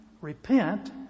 Repent